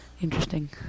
Interesting